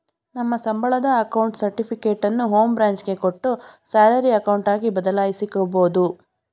ನಮ್ಮ ಸಂಬಳದ ಅಕೌಂಟ್ ಸರ್ಟಿಫಿಕೇಟನ್ನು ಹೋಂ ಬ್ರಾಂಚ್ ಗೆ ಕೊಟ್ಟು ಸ್ಯಾಲರಿ ಅಕೌಂಟ್ ಆಗಿ ಬದಲಾಯಿಸಿಕೊಬೋದು